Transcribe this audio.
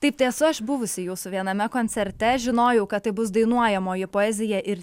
taip tai esu aš buvusi jūsų viename koncerte žinojau kad tai bus dainuojamoji poezija ir